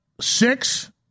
six